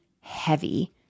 heavy